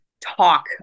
talk